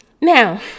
Now